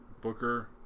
Booker